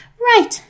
Right